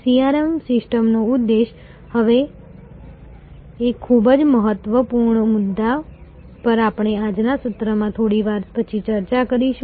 CRM સિસ્ટમનો ઉદ્દેશ્ય હવે એક ખૂબ જ મહત્વપૂર્ણ મુદ્દા પર આપણે આજના સત્રમાં થોડી વાર પછી ફરી ચર્ચા કરીશું